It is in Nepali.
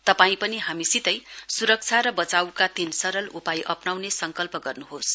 तपाईं पनि हामीसितै सुरक्षा र बचाईका तीन सरल उपाय अप्राउने संकल्प गर्नुहोस